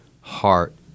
heart